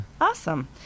awesome